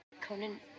Conan